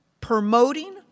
promoting